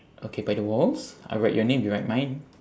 okay by the walls I write your name you write mine